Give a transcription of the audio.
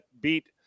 beat